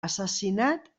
assassinat